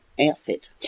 outfit